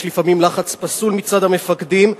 יש לפעמים לחץ פסול מצד המפקדים,